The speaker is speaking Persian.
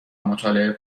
مطالعه